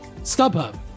StubHub